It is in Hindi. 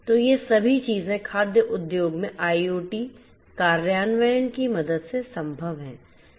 तो ये सभी चीजें खाद्य उद्योग में IoT कार्यान्वयन की मदद से संभव हैं